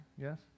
yes